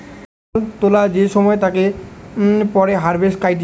প্রাক ফসল তোলা যে সময় তা তাকে পরে হারভেস্ট কইটি